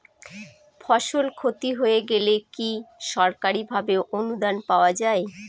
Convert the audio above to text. ফসল ক্ষতি হয়ে গেলে কি সরকারি ভাবে অনুদান পাওয়া য়ায়?